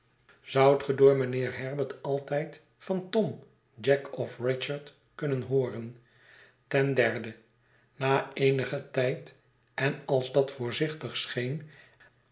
ge door mijnheer herbert aitijd van tom jack of richard kunnen hooren ten derde na eenigen tijd en als dat voorzichtig scheen